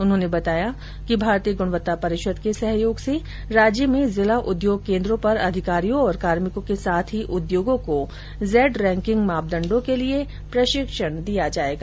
उन्होंने बताया कि भारतीय गुणवत्ता परिषद के सहयोग से राज्य में जिला उद्योग केन्द्रों पर अधिकारियों और कार्मिकों के साथ ही उद्योगों को जेड रेंकिंग मापदण्डों के लिए प्रशिक्षण दिया जाएगा